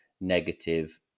negative